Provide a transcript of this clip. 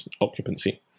Occupancy